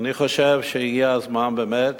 אני חושב שהגיע הזמן באמת